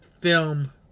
film